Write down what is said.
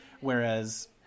whereas